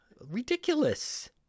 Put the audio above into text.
ridiculous